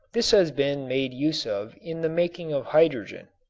this has been made use of in the making of hydrogen.